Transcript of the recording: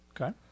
Okay